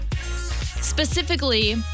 Specifically